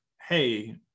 hey